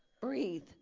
breathe